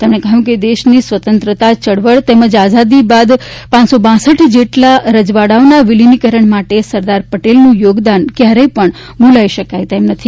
તેમણે કહ્યું કે દેશની સ્વતંત્રતા ચળવડ તેમજ આઝાદી બાદ પહર જેટલા રજવાડાઓના વિલીનીકરણ માટે સરદાર પટેલનું યોગદાન ક્યારેય પણ ભૂલી શકાય તેમ નથી